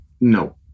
No